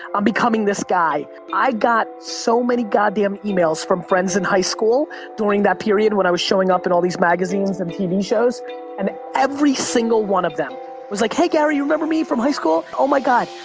i'm becoming this guy. i got so many god damn emails from friends in high school during that period when i was showing up in all these magazines and tv shows and every single one of them was like, hey gary, do you remember me from high school? oh my god,